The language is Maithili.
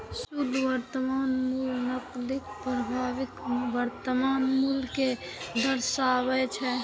शुद्ध वर्तमान मूल्य नकदी प्रवाहक वर्तमान मूल्य कें दर्शाबै छै